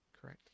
correct